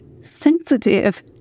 sensitive